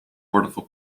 boordevol